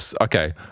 Okay